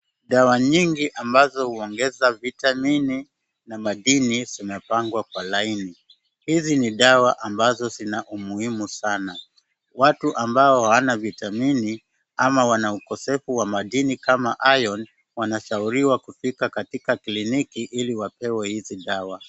Dawa nyingi ambazo huongeza vitamini na madini zimepangwa kwa laini. Hizi ni dawa ambazo zina umuhimu sana. Watu ambao hawana vitamini ama wana ukosefu wa madini kama iron wanashauriwa kufika katika kliniki ili wapewe hizi dawa.